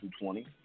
220